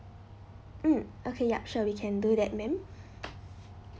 mm okay yup sure we can do that ma'am